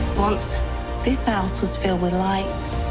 once this house was filled with light,